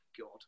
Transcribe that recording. God